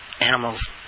animals